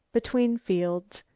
between fields,